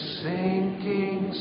sinking